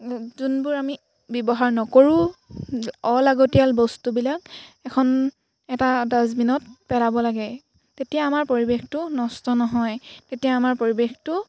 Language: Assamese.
যোনবোৰ আমি ব্যৱহাৰ নকৰোঁ অলাগতীয়াল বস্তুবিলাক এখন এটা ডাষ্টবিনত পেলাব লাগে তেতিয়া আমাৰ পৰিৱেশটো নষ্ট নহয় তেতিয়া আমাৰ পৰিৱেশটো